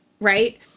Right